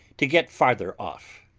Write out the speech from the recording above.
to get farther off.